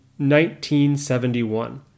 1971